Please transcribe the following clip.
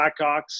Blackhawks